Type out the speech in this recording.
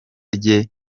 rye